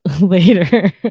later